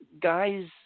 guys